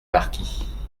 marquis